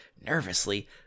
Nervously